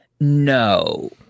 No